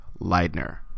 Leidner